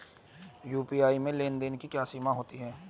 UPI में लेन देन की क्या सीमा होती है?